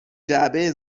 جعبه